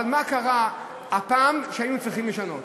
אבל מה קרה הפעם שהיינו צריכים לשנות?